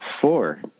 four